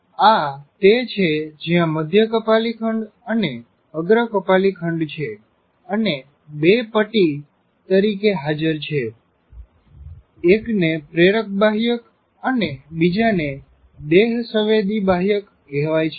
આ તે છે જ્યાં મધ્ય કપાલી ખંડ અને અગ્ર કપાલી ખંડ છે અને બે પટી તરીકે હાજર છે એક ને પ્રેરક બાહ્યક અને બીજા ને દેહસવેદી બાહ્યક કહેવાય છે